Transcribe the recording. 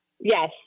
Yes